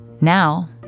Now